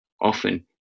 often